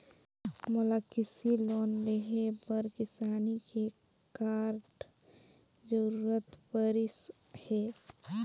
मोला कृसि लोन लेहे बर किसानी के कारण जरूरत परिस हे